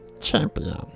champion